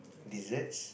desserts